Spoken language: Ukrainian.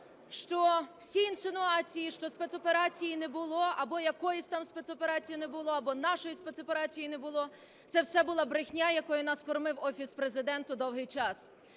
що всі інсинуації, що спецоперації не було, або якоїсь там спецоперації не було, або нашої спецоперації не було, це все була брехня, якою нас кормив Офіс Президента довгий час.